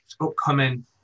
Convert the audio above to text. upcoming